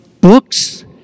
Books